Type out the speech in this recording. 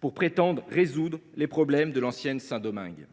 pour prétendre résoudre les problèmes de l’ancienne Saint Domingue.